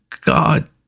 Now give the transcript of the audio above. God